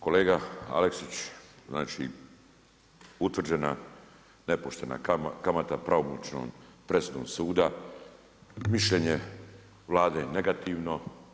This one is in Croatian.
Kolega Aleksić, znači utvrđena nepoštena kamata pravomoćnom presudom suda, mišljenje Vlade negativno.